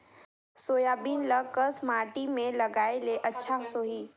Soybean ल कस माटी मे लगाय ले अच्छा सोही?